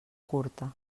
curta